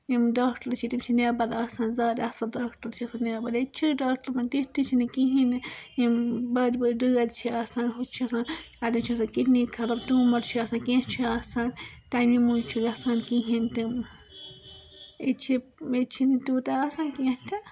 یِم ڈاکٹَر چھِ تِم چھِ نیٚبرٕ آسان زیادٕ اَصٕل ڈاکٹَر چھِ آسان نیٚبرٕ ییٚتہِ چھِ اَسہِ ڈاکٹَر مَگَر تِتھۍ تہِ چھِنہٕ کِہیٖنٛۍ نہٕ یِم بٔڈۍ بٔڈۍ دٲدۍ چھِ آسان ہُہ چھُ آسان اَڈٮ۪ن چھِ آسان کِڈنی خَراب ٹیٛوٗمَر چھِ آسان کیٚنٛہہ چھُ آسان تَمی موٗجوٗب چھِ گَژھان کِہیٖنٛۍ تہِ اِتہِ چھِ اِتہِ چھِنہٕ تیٛوٗتاہ آسان کیٚنٛہہ تہِ